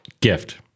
Gift